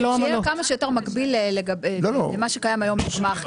שיהיה כמה שיותר מקביל למה שקיים כיום בגמ"חים.